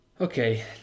Okay